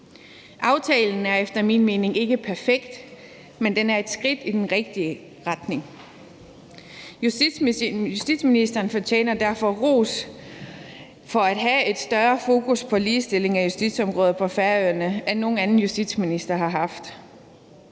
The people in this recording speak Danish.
Aftalen er efter min mening ikke perfekt, men den er et skridt i den rigtige retning. Justitsministeren fortjener derfor ros for at have et større fokus på ligestilling af justitsområdet på Færøerne, end nogen anden justitsminister har haft.